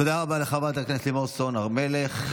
תודה רבה לחברת הכנסת לימור סון הר מלך.